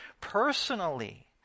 personally